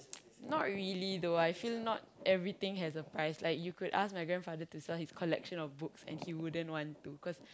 not really though I feel not everything has a price like you could ask my grandfather to sell his collection of books and he wouldn't want to cause